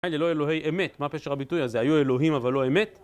האלה לא אלוהי אמת, מה הפשר הביטוי הזה? היו אלוהים אבל לא אמת?